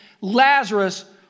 Lazarus